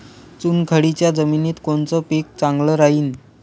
चुनखडीच्या जमिनीत कोनचं पीक चांगलं राहीन?